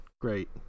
great